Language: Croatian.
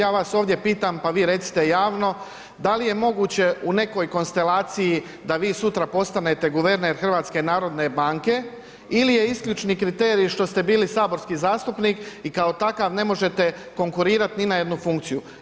Ja vas ovdje pitam, pa vi recite javno da li je moguće u nekoj konstelaciji da vi sutra postanete guverner Hrvatske narodne banke ili je isključni kriterij što ste bili saborski zastupnik i kao takav ne možete konkurirati ni na jednu funkciju?